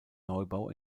neubau